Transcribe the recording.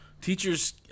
teachers